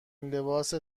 لباس